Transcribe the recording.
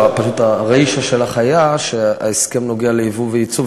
פשוט הרישה שלך הייתה שההסכם נוגע ליבוא ויצוא,